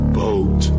boat